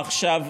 מצוין,